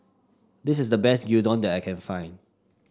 this is the best Gyudon that I can find